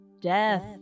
Death